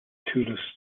tourists